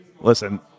Listen